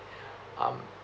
um